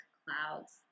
clouds